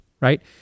right